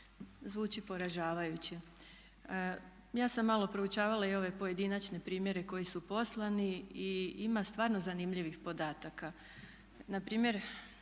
Zvuči poražavajuće. Ja sam malo proučavala i ove pojedinačne primjere koji su poslani i ima stvarno zanimljivih podataka. Npr.